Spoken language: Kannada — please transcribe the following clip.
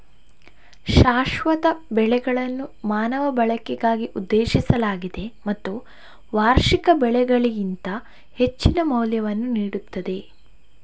ಶಾಶ್ವತ ಬೆಳೆಗಳನ್ನು ಮಾನವ ಬಳಕೆಗಾಗಿ ಉದ್ದೇಶಿಸಲಾಗಿದೆ ಮತ್ತು ವಾರ್ಷಿಕ ಬೆಳೆಗಳಿಗಿಂತ ಹೆಚ್ಚಿನ ಮೌಲ್ಯವನ್ನು ನೀಡುತ್ತದೆ